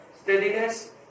steadiness